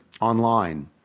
online